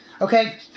Okay